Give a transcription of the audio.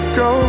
go